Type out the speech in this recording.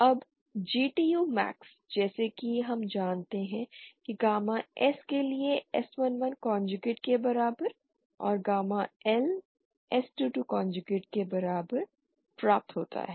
अब GTU max जैसा कि हम जानते हैं कि गामा S के लिए S 11 कॉन्जुगेट के बराबर और गामा L S 22 कॉन्जुगेट के बराबर प्राप्त होता है